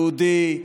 יהודי,